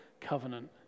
covenant